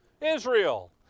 Israel